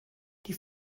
die